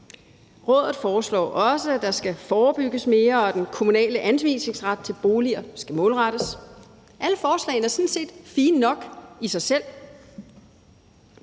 Rådet foreslår også, at der skal forebygges mere, og at den kommunale anvisningsret til boliger skal målrettes. Alle forslagene er sådan set fine nok i sig selv,